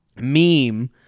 meme